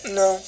no